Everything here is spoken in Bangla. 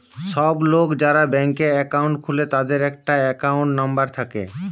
সব লোক যারা ব্যাংকে একাউন্ট খুলে তাদের একটা একাউন্ট নাম্বার থাকে